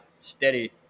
steady